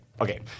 Okay